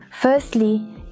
Firstly